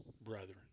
brethren